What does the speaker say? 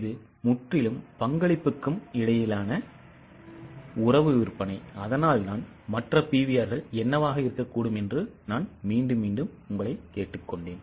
இது முற்றிலும் பங்களிப்புக்கும் இடையிலான உறவு விற்பனை அதனால்தான் மற்ற PVRகள் என்னவாக இருக்கக்கூடும் என்று நான் மீண்டும் மீண்டும் கேட்டுக்கொண்டேன்